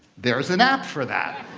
there's an app for that.